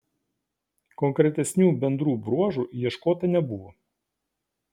konkretesnių bendrų bruožų ieškota nebuvo